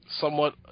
somewhat